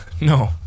No